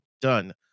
done